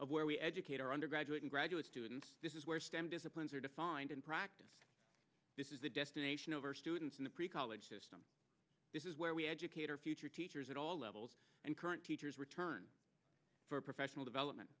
of where we educate our undergraduate and graduate students this is where stem disciplines are defined in practice this is the destination of our students in the pre college system this is where we educate our future teachers at all levels and current teachers return for professional development